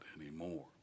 anymore